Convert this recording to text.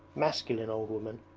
masculine old woman,